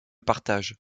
partage